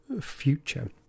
future